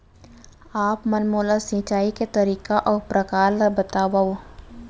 आप मन मोला सिंचाई के तरीका अऊ प्रकार ल बतावव?